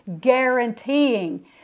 guaranteeing